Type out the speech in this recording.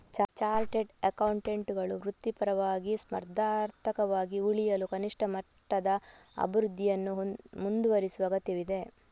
chartered ಅಕೌಂಟೆಂಟುಗಳು ವೃತ್ತಿಪರವಾಗಿ, ಸ್ಪರ್ಧಾತ್ಮಕವಾಗಿ ಉಳಿಯಲು ಕನಿಷ್ಠ ಮಟ್ಟದ ಅಭಿವೃದ್ಧಿಯನ್ನು ಮುಂದುವರೆಸುವ ಅಗತ್ಯವಿದೆ